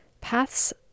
paths